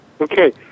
Okay